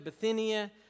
Bithynia